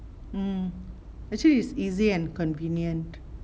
mm actually is easy and convenient